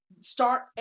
Start